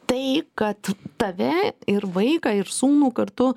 tai kad tave ir vaiką ir sūnų kartu